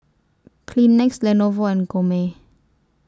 Kleenex Lenovo and Gourmet